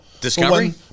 Discovery